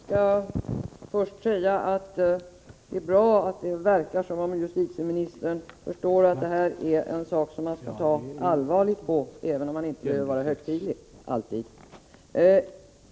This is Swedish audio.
Herr talman! Jag vill först säga att det är bra att det verkar som om justitieministern förstår att det här rör sig om en sak som man måste ta på allvar, även om man inte alltid behöver vara högtidlig.